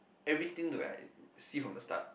everything to have see from the start